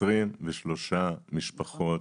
23 משפחות